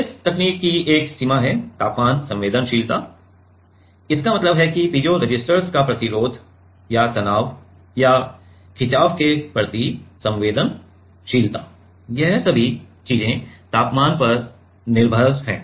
इस तकनीक की एक सीमा है तापमान संवेदनशीलता इसका मतलब है कि पीज़ोरेसिस्टर्स का प्रतिरोध या तनाव या खिंचाव के प्रति संवेदनशीलता ये सभी चीजें तापमान पर निर्भर हैं